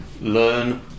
learn